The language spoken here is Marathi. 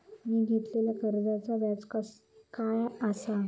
मी घेतलाल्या कर्जाचा व्याज काय आसा?